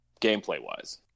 gameplay-wise